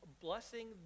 blessing